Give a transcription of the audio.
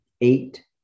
eight